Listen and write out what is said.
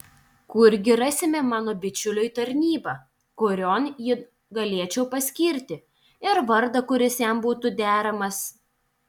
kurgi rasime mano bičiuliui tarnybą kurion jį galėčiau paskirti ir vardą kuris jam būtų deramas